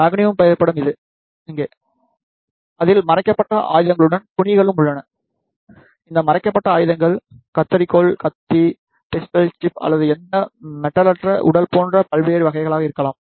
mannequin புகைப்படம் இங்கே அதில் மறைக்கப்பட்ட ஆயுதங்களுடன் துணிகளும் உள்ளன இந்த மறைக்கப்பட்ட ஆயுதங்கள் கத்தரிக்கோல் கத்தி பிஸ்டல் சிப் அல்லது எந்த மெட்டலற்ற உடல் போன்ற பல்வேறு வகைகளாக இருக்கலாம்